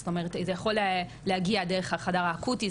זאת אומרת זה יכול להגיע דרך החדר האקוטי,